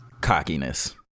cockiness